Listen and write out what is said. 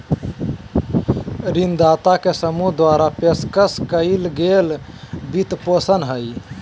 ऋणदाता के समूह द्वारा पेशकश कइल गेल वित्तपोषण हइ